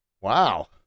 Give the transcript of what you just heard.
Wow